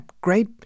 great